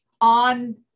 on